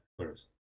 first